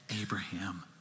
Abraham